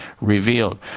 revealed